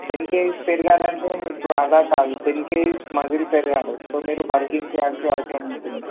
ten kgs పెరగాలంటే మీకు అలా కాదు టెన్ కేజిస్ మసల్ పెరగాలి సో మీరు బల్కిన్గ్ చేయాల్సి అవసరం ఉంటుంది